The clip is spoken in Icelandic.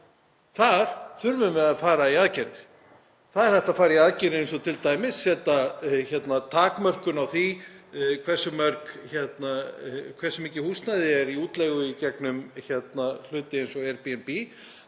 Þar þurfum við að fara í aðgerðir. Það er hægt að fara í aðgerðir eins og t.d. að setja takmörk á það hversu mikið húsnæði er í útleigu í gegnum hluti eins og Airbnb.